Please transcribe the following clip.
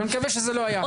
אני מקווה שזה לא היה.